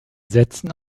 setzen